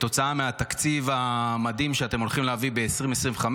כתוצאה מהתקציב המדהים שאתם הולכים להביא ב-2025,